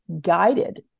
guided